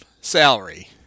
salary